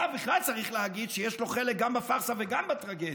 עליו בכלל צריך להגיד שיש לו חלק גם בפארסה וגם בטרגדיה.